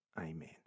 Amen